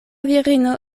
virino